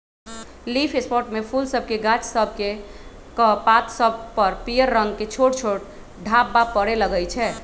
leaf spot में फूल सभके गाछ सभकेक पात सभ पर पियर रंग के छोट छोट ढाब्बा परै लगइ छै